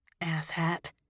Asshat